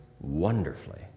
wonderfully